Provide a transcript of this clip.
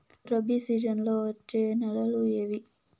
రబి సీజన్లలో వచ్చే నెలలు ఏవి?